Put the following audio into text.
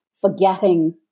forgetting